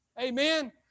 amen